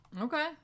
Okay